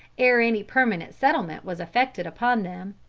ere any permanent settlement was effected upon them.